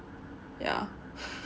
yeah